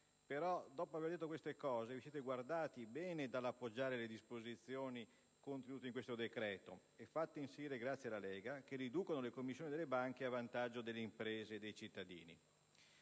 Però, dopo aver detto queste cose, vi siete guardati bene dall'appoggiare le disposizioni contenute in questo decreto, fatte inserire grazie alla Lega Nord, che riducono le commissioni delle banche a vantaggio delle imprese e dei cittadini.